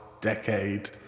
decade